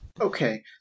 Okay